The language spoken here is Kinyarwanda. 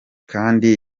kandi